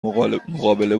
مقابله